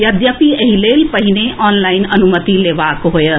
यद्यपि एहि लेल पहिने ऑनलाईन अनुमति लेबाक होएत